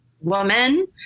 woman